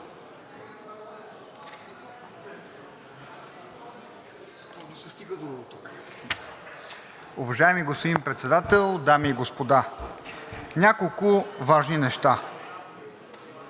Уважаеми господин Председател, дами и господа! Няколко важни неща.